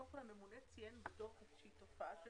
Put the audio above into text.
קודם כל הממונה ציין בדו"ח איזו שהיא תופעה של